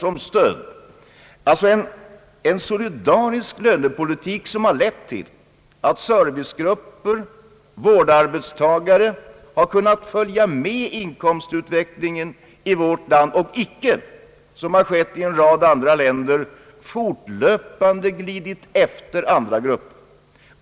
Det är alltså en solidarisk lönepolitik som har lett till att arbetstagare inom vårdyrkena och övrig service har kunnat följa med inkomstutvecklingen i vårt land och icke, som har skett i en rad andra länder, fortlöpande glidit efter andra grupper.